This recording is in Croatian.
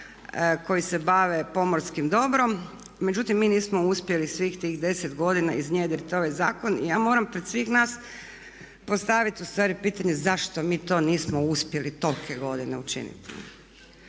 koji se bave pomorskim dobrom. Međutim, mi nismo uspjeli svih tih 10 godina iznjedriti ovaj zakon. I ja moram pred sve nas postaviti pitanje zašto mi to nismo uspjeli tolike godine učiniti.